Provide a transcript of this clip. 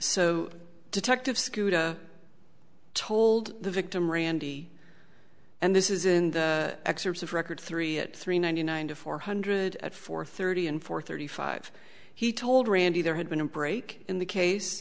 so detective scooter told the victim randy and this is in the excerpts of record three at three ninety nine to four hundred at four thirty and four thirty five he told randy there had been a break in the case